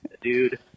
Dude